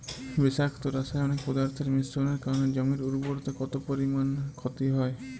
বিষাক্ত রাসায়নিক পদার্থের মিশ্রণের কারণে জমির উর্বরতা কত পরিমাণ ক্ষতি হয়?